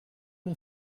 mon